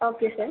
okay sir